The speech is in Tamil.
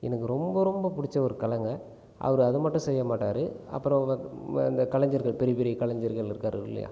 எனக்கு ரொம்ப ரொம்ப பிடிச்ச ஒரு கலைங்க அவர் அதை மட்டும் செய்யமாட்டார் அப்புறம் இந்த கலைஞர்கள் பெரிய பெரிய கலைஞர்கள் இருக்கார் இல்லையா